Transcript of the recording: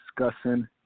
discussing